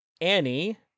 Annie